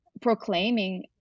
proclaiming